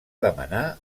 demanar